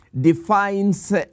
defines